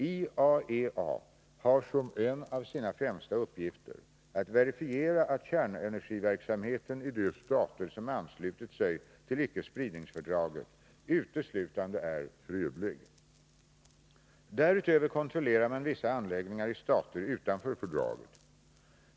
IAEA har som en av sina främsta uppgifter att verifiera att kärnenergiverksamheten i de stater som anslutit sig till icke-spridningsfördraget uteslutande är fredlig. Därutöver kontrollerar man vissa anläggningar i stater utanför fördraget.